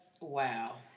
Wow